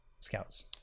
scouts